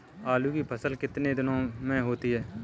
आलू की फसल कितने दिनों में होती है?